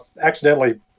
accidentally